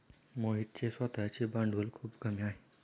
मोहितचे स्वतःचे भांडवल खूप कमी आहे